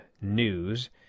news